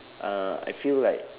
uh I feel like